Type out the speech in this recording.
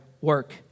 work